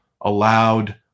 allowed